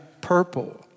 purple